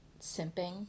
simping